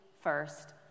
first